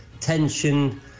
tension